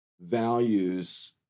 values